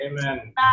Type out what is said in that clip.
Amen